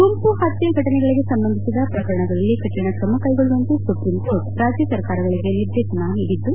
ಗುಂಪು ಪತ್ನೆ ಫಟನೆಗಳಿಗೆ ಸಂಬಂಧಿಸಿದ ಪ್ರಕರಣಗಳಲ್ಲಿ ಕಠಿಣ ಕ್ರಮ ಕೈಗೊಳ್ಳುವಂತೆ ಸುಪ್ರೀಂಕೋರ್ಟ್ ರಾಜ್ಯ ಸರ್ಕಾರಗಳಿಗೆ ನಿರ್ದೇಶನ ನೀಡಿದ್ದು